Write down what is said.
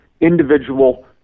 individual